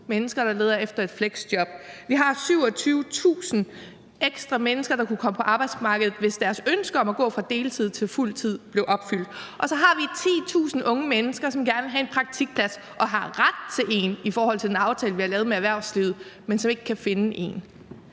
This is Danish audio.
mennesker, der leder efter et fleksjob. Vi har 27.000 ekstra mennesker, der kunne komme på arbejdsmarkedet, hvis deres ønske om at gå fra deltid til fuld tid blev opfyldt, og så har vi 10.000 unge mennesker, som gerne vil have en praktikplads, og som har ret til en ifølge den aftale, vi har lavet med erhvervslivet, men som ikke kan finde en.